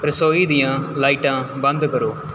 ਰਸੋਈ ਦੀਆਂ ਲਾਈਟਾਂ ਬੰਦ ਕਰੋ